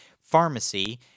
pharmacy